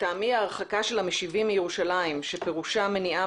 "לטעמי ההרחקה של המשיבים מירושלים שפירושה מניעה